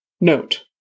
Note